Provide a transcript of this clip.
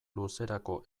luzerako